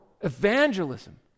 evangelism